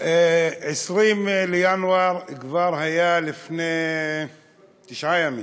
20 בינואר היה כבר לפני תשעה ימים.